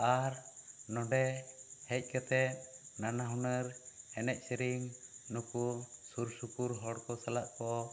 ᱟᱨ ᱱᱚᱸᱰᱮ ᱦᱮᱡ ᱠᱟᱛᱮᱜ ᱱᱟᱱᱟ ᱦᱩᱱᱟᱹᱨ ᱮᱱᱮᱡ ᱥᱮᱨᱮᱧ ᱱᱩᱠᱩ ᱥᱩᱨ ᱥᱩᱯᱩᱨ ᱦᱚᱲ ᱠᱚ ᱥᱟᱞᱟᱜ ᱠᱚ